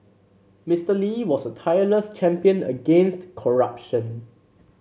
Mister Lee was a tireless champion against corruption